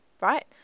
right